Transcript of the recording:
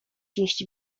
jeść